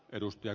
edellyttää